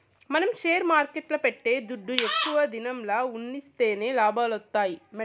మనం షేర్ మార్కెట్ల పెట్టే దుడ్డు ఎక్కువ దినంల ఉన్సిస్తేనే లాభాలొత్తాయి